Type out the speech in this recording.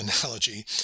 analogy